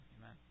Amen